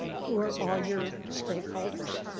who are all your stakeholders?